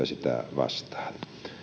vastaan